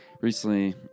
Recently